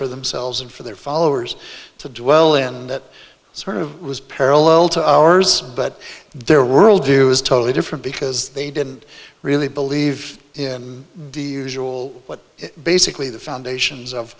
for themselves and for their followers to dwell in that sort of was parallel to ours but their world view is totally different because they didn't really believe in the usual what is basically the foundations of